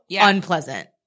unpleasant